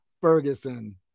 ferguson